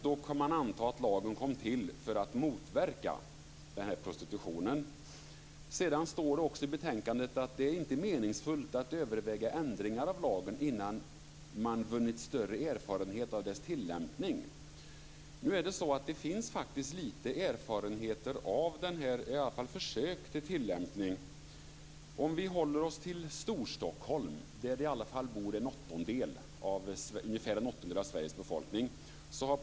Då kan man anta att lagen kom till för att motverka sådan här prostitution. Vidare står det i betänkandet att det inte är meningsfullt att överväga ändringar i lagen innan man vunnit större erfarenhet av dess tillämpning. Det råkar faktiskt finnas en del erfarenheter. I varje fall handlar det om försök till tillämpning. Vi kan hålla oss till Storstockholm där i alla fall ungefär en åttondel av Sveriges befolkning bor.